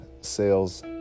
sales